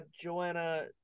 Joanna